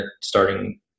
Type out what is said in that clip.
starting